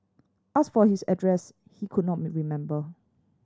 asked for his address he could not me remember